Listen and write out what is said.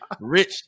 Rich